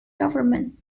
government